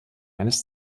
eines